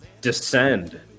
descend